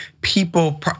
people